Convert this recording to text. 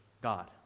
God